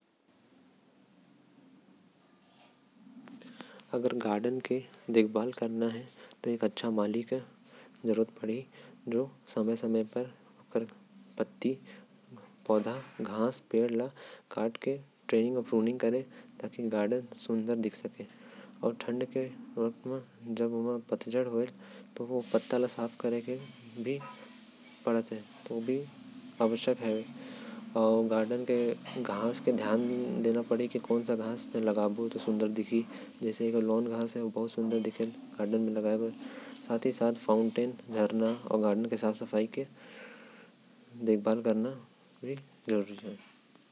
अगर गार्डन के देखभाल करना हे। त एक अच्छे माली के जरूरत पढ़ी। जो समय समय पर ओकर। पत्ती पौधा घास पेड़ ला काट के ओकर। ट्रेनिंग प्रूनिंग कर दही ताकि गार्डन सुंदर दिखे। आऊ ठंड के वक्त म जब पेड़ के पत्ती झाड़ी तब ओला भी साफ करे।